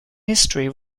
history